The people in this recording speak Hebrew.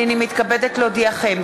הנני מתכבדת להודיעכם,